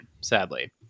sadly